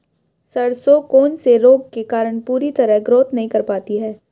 सरसों कौन से रोग के कारण पूरी तरह ग्रोथ नहीं कर पाती है?